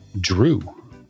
Drew